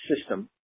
system